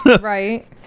Right